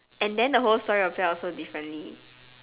and then the whole story will play out so differently